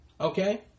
Okay